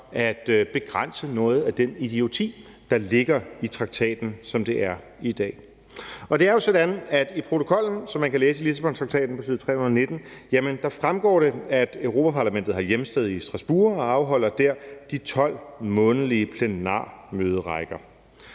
at begrænse noget af den idioti, der ligger i traktaten, som det er i dag. Det er jo sådan, at i protokollen, som man kan læse i Lissabontraktaten på side 319, fremgår det, at Europa-Parlamentet har hjemsted i Strasbourg og dér afholder de 12 månedlige plenarmøderækker.